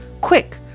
Quick